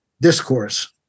discourse